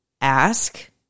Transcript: ask